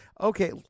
Okay